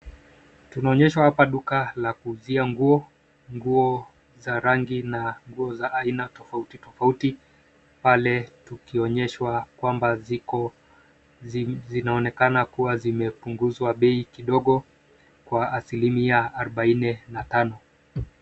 Tunaonyeshwa hapa duka la kuuzia nguo, nguo za rangi na nguo za aina tofauti tofauti pale tukionyeshwa kwamba zinaonekna kuwa zimepunguzwa bei kidogo kwa asilimia arobaini na tano.